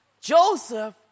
Joseph